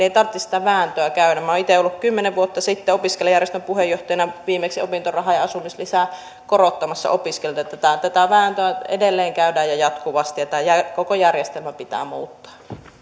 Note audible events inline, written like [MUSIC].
[UNINTELLIGIBLE] ei tarvitsisi sitä vääntöä käydä minä olen itse ollut kymmenen vuotta sitten opiskelijajärjestön puheenjohtajana viimeksi opintorahaa ja asumislisää korottamassa opiskelijoille tätä tätä vääntöä edelleen käydään ja jatkuvasti ja tämä koko järjestelmä pitää muuttaa